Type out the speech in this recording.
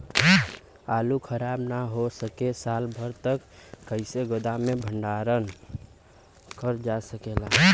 आलू खराब न हो सके साल भर तक कइसे गोदाम मे भण्डारण कर जा सकेला?